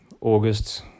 August